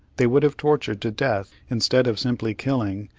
they would have tortured to death, instead of simply killing,